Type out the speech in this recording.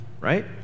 right